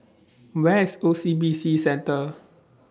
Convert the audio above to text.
Where IS O C B C Centre